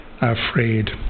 afraid